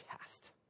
test